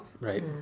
Right